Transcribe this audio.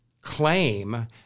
claim